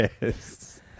Yes